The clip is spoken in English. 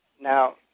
now